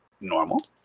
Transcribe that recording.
normal